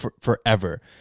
forever